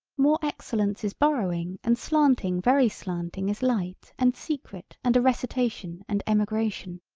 more excellence is borrowing and slanting very slanting is light and secret and a recitation and emigration.